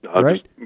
Right